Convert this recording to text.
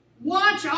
watch